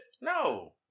No